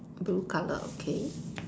blue colour okay